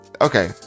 okay